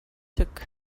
took